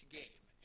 game